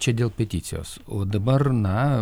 čia dėl peticijos o dabar na